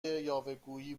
یاوهگویی